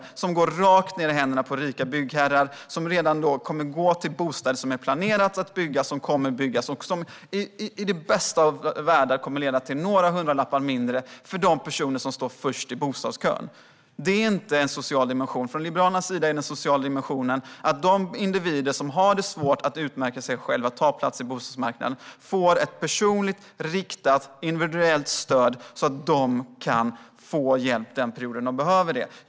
Dessa pengar går rätt i händerna på rika byggherrar och går till bostäder som redan är planerade att byggas. I den bästa av världar kommer detta att leda till några hundralappar mindre i kostnader för de personer som står först i bostadskön. Detta är inte en social dimension. Från Liberalernas sida anser vi att den sociala dimensionen är att de individer som har det svårt att utmärka sig själva och att ta plats i bostadsmarknaden får ett personligt riktat, individuellt stöd så att de kan få hjälp under den period de behöver detta.